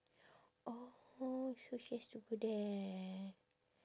oh so she has to go there